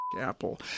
Apple